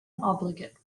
obligate